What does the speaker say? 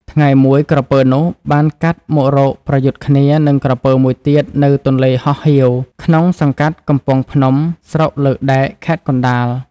ថ្ងៃមួយ ក្រពើនោះបានកាត់មករកប្រយុទ្ធគ្នានឹងក្រពើមួយទៀតនៅ ទន្លេហោះហៀវ ក្នុងសង្កាត់កំពង់ភ្នំ ស្រុកលើកដែក (ខេត្តកណ្ដាល)។